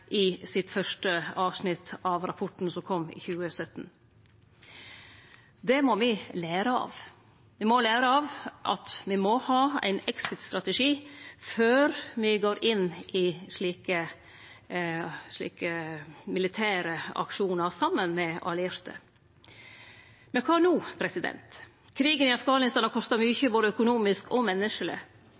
i det fyrste avsnittet av rapporten som kom i 2017. Det må me lære av. Me må lære at me må ha ein exit-strategi før me går inn i slike militære aksjonar saman med allierte. Men kva no? Krigen i Afghanistan har kosta mykje både økonomisk og menneskeleg.